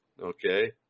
okay